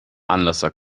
anlasser